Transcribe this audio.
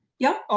yep.